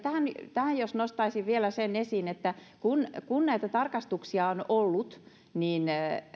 tähän nostaisin vielä sen esiin että kun kun näitä tarkastuksia on ollut niin